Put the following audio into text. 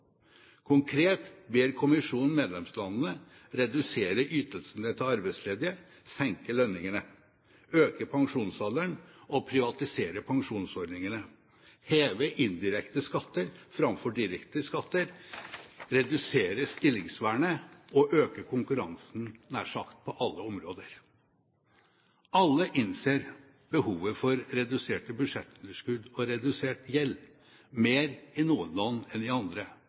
Konkret ber kommisjonen medlemslandene redusere ytelsene til arbeidsledige, senke lønningene, øke pensjonsalderen og privatisere pensjonsordningene, heve indirekte skatter framfor direkte skatter, redusere stillingsvernet og øke konkurransen nær sagt på alle områder. Alle innser behovet for reduserte budsjettunderskudd og redusert gjeld, mer i noen land enn i andre.